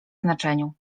znaczeniu